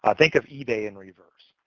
ah think of ebay in reverse,